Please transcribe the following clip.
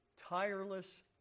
tireless